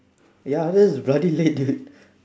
ya that's bloody late dude